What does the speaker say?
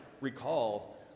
recall